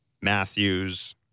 Matthews